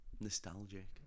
nostalgic